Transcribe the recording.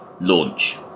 launch